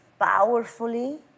powerfully